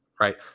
right